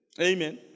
Amen